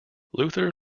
luther